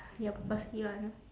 ya purposely [one]